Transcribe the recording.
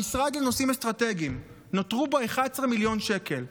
המשרד לנושאים אסטרטגיים, נותרו בו 11 מיליון שקל.